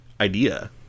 idea